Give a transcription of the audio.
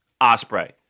Osprey